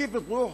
כיף בתרוח?